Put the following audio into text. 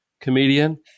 Comedian